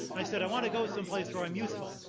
i said, i want to go some place where i'm useful.